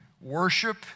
Worship